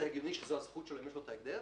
זה הגיוני שזו הזכות שלו אם יש לו את ההגדר.